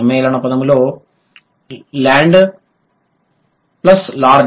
సమ్మేళన పదంతో land plus lord